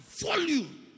volume